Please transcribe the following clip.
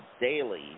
daily